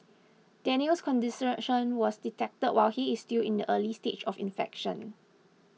Daniel's was detected while he is still in the early stage of infection